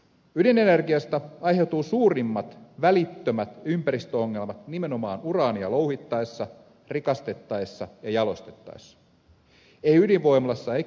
ydinenergiasta aiheutuu suurimmat välittömät ympäristöongelmat nimenomaan uraania louhittaessa rikastettaessa ja jalostettaessa ei ydinvoimalassa eikä loppusijoituksessa